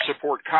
support